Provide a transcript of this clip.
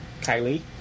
Kylie